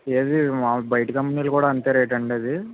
ఏది మాములు బయటి కంపెనీలు కూడా అంతే రేటా అండి ఆది